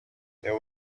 there